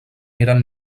eren